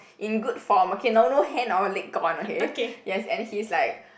in good form okay no no hand or leg gone okay yes and he's like